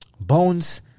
Bones